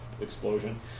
explosion